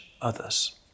others